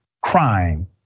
crime